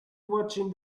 watching